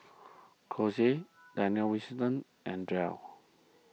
Kose Daniel and Dell